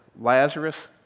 Lazarus